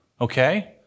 Okay